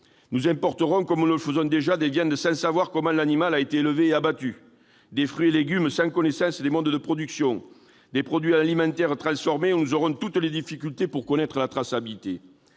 Nous importerons, comme nous le faisons déjà, des viandes sans savoir comment l'animal a été élevé et abattu, des fruits et légumes sans connaissance des modes de production, des produits alimentaires transformés dont nous aurons toutes les difficultés à connaître la traçabilité.